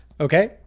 Okay